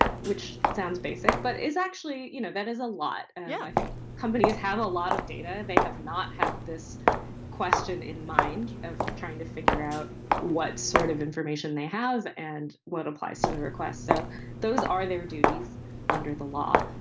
which sounds basic, but is actually, you know, that is a lot. yeah, i think companies have a lot of data. they have not have this question in mind of trying to figure out what sort of information they have and what applies to the requests. so those are their duties under the law.